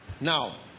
Now